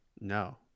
No